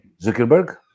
Zuckerberg